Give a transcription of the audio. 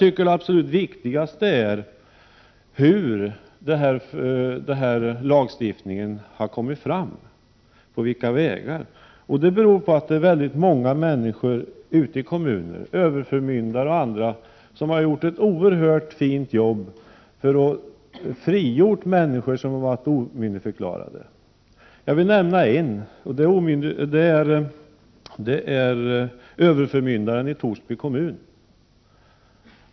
Det absolut viktigaste är enligt min mening hur och på vilka vägar denna lagstiftning har kommit fram. Många människor ute i kommunerna, överförmyndare och andra, har gjort ett oerhört fint jobb för att frigöra människor som varit omyndigförklarade. Jag vill nämna en person: Överförmyndaren i Torsby kommun.